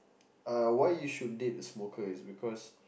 uh why you should date a smoker is because